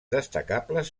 destacables